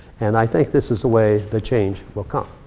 and i think this is the way the change will come.